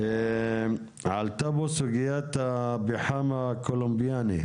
עלתה כאן סוגיי הפחם הקולומביאני.